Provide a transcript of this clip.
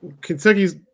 Kentucky's